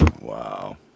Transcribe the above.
Wow